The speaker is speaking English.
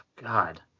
god